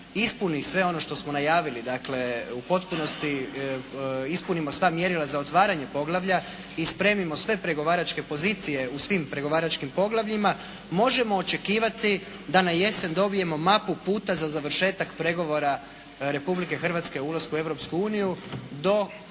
ispuni sve ono što smo najavili, dakle, u potpunosti ispunimo sva mjerila za otvaranje poglavlja i spremimo sve pregovaračke pozicije u svim pregovaračkim poglavljima možemo očekivati da na jesen dobijemo mapu puta za završetak pregovora Republike Hrvatske u ulasku u